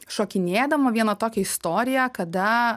šokinėdama vieną tokią istoriją kada